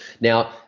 Now